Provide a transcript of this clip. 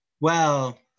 Well-